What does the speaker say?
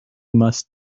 must